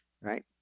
right